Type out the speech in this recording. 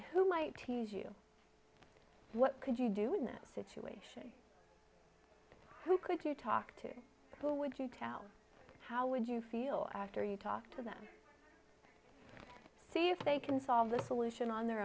who might tease you what could you do in this situation who could you talk to who would you tell how would you feel after you talk to them see if they can solve the solution on their